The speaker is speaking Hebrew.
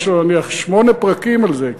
יש לו שמונה פרקים על זה,